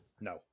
No